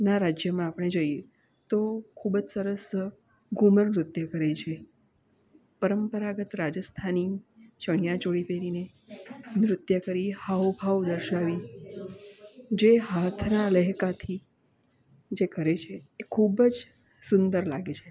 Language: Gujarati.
ના રાજ્યોમાં આપણે જોઈએ તો ખૂબ જ સરસ ઘૂમર નૃત્ય કરે છે પરંપરાગત રાજસ્થાની ચણીયા ચોળી પહેરીને નૃત્ય કરી હાવભાવ દર્શાવી જે હાથના લહેકાથી જે કરે છે એ ખૂબ જ સુંદર લાગે છે